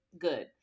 good